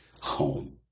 home